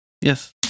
Yes